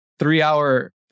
Three-hour